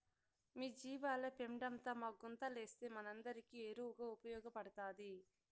మీ జీవాల పెండంతా మా గుంతలేస్తే మనందరికీ ఎరువుగా ఉపయోగపడతాది